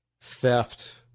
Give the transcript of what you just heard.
theft